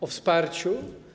O wsparciu?